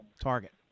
target